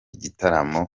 gitaramo